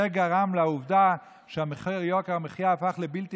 גרם לעובדה שיוקר המחיה נהפך להיות בלתי